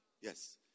Yes